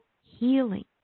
healing